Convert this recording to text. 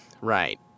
Right